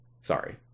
sorry